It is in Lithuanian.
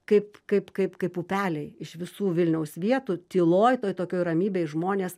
kaip kaip kaip kaip upeliai iš visų vilniaus vietų tyloj toj tokioj ramybėj žmonės